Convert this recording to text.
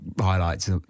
highlights